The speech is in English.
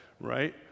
right